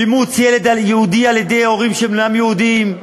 אימוץ ילד יהודי על-ידי הורים שאינם יהודים.